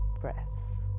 breaths